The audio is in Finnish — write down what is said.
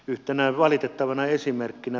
yhtenä valitettavana esimerkkinä